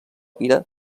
pira